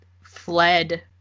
fled